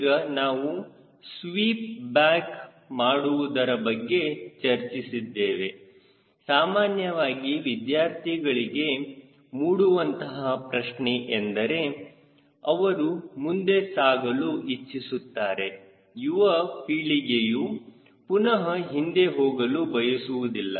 ಈಗ ನಾವು sweep back ಮಾಡುವುದರ ಬಗ್ಗೆ ಚರ್ಚಿಸಿದ್ದೇವೆ ಸಾಮಾನ್ಯವಾಗಿ ವಿದ್ಯಾರ್ಥಿಗಳಿಗೆ ಮೂಡುವಂತಹ ಪ್ರಶ್ನೆ ಎಂದರೆ ಅವರು ಮುಂದೆ ಸಾಗಲು ಇಚ್ಚಿಸುತ್ತಾರೆ ಯುವ ಪೀಳಿಗೆಯು ಪುನಹ ಹಿಂದೆ ಹೋಗಲು ಬಯಸುವುದಿಲ್ಲ